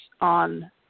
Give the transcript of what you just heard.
on